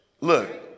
look